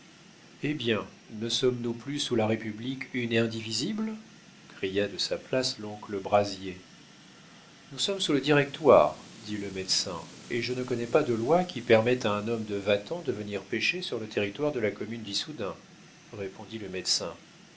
eh bien ne sommes-nous plus sous la république une et indivisible cria de sa place l'oncle brazier nous sommes sous le directoire dit le médecin et je ne connais pas de loi qui permette à un homme de vatan de venir pêcher sur le territoire de la commune d'issoudun répondit le médecin